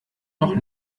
noch